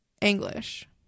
English